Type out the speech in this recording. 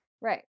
Right